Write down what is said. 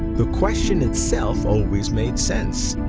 the question itself always made sense.